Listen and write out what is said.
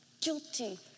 guilty